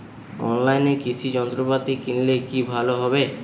অনলাইনে কৃষি যন্ত্রপাতি কিনলে কি ভালো হবে?